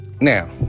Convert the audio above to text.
now